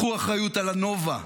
קחו אחריות על הנובה,